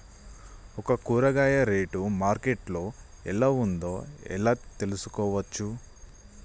ఒక కూరగాయ rate market లో ఎలా ఉందో ఎలా తెలుసుకోవచ్చు?